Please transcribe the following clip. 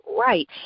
right